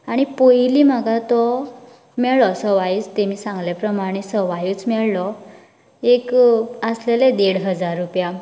आनी पयलीं म्हाका तो मेळ्ळो सवायच तेमी सांगले प्रमाणें सवायूच मेळ्ळो एक आसलेले देड हजार रुपया